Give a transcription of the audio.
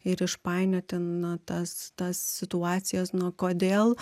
ir išpainioti na tas tas situacijas na kodėl